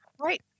right